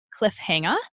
cliffhanger